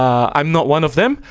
i'm not one of them.